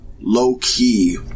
low-key